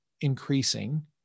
increasing